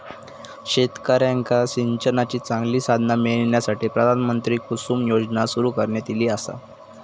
शेतकऱ्यांका सिंचनाची चांगली साधना मिळण्यासाठी, प्रधानमंत्री कुसुम योजना सुरू करण्यात ईली आसा